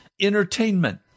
entertainment